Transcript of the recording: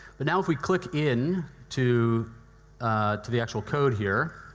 but now if we click in to to the actual code here,